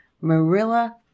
Marilla